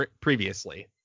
previously